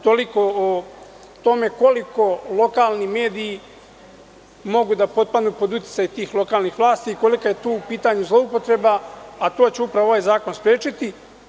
Toliko o tome koliko lokalni mediji mogu da potpadnu pod uticaj tih lokalnih vlasti i kolika je tu u pitanju zloupotreba, a to će upravo ovaj zakon sprečiti.